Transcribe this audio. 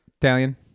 Italian